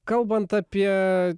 kalbant apie